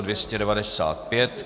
295.